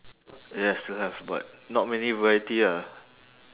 yes still have but not many variety ah